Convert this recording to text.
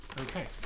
Okay